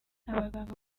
abaganga